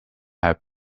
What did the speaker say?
have